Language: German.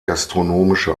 gastronomische